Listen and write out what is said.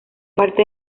parte